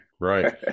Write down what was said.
right